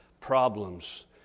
problems